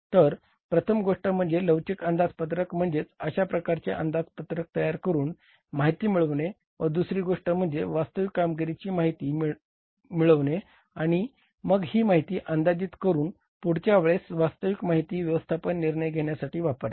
तर प्रथम गोष्ट म्हणजे लवचिक अंदाजपत्रक म्हणजे अशा प्रकारचे अंदाजपत्रक तयार करून माहिती मिळवणे व दुसरी गोष्ट म्हणजे वास्तविक कामगिरीची वास्तविक माहिती मिळवणे आहे आणि मग ही माहिती अंदाजित करून पुढच्या वेळेस वास्तविक माहिती व्यवस्थापन निर्णय घेण्यासाठी वापरणे